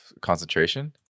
concentration